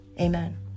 Amen